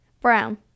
Brown